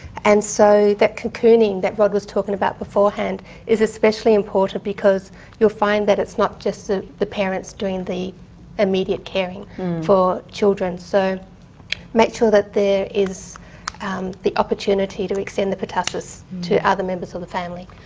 and so that cocooning that rod was talking about beforehand is especially important because you'll find that it's not just the parents doing the immediate caring for children. so make sure that there is um the opportunity to extend the pertussis to other members of the family.